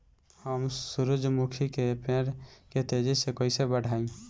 हम सुरुजमुखी के पेड़ के तेजी से कईसे बढ़ाई?